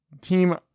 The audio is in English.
team